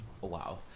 Wow